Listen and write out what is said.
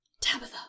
Tabitha